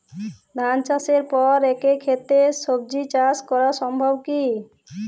ধান চাষের পর একই ক্ষেতে সবজি চাষ করা সম্ভব কি?